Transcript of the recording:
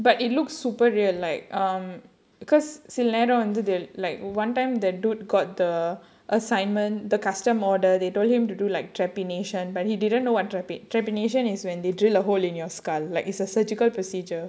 but it looks super real like um because சில நேரம் வந்து:sila neram vandhu like one time that dude got the assignment the custom order they told him to do like trepanation but he didn't know what trep~ is trepanation is when they drill a hole in your skull like it's a surgical procedure